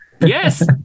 Yes